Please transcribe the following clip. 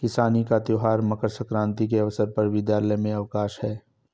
किसानी का त्यौहार मकर सक्रांति के अवसर पर विद्यालय में अवकाश है